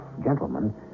gentlemen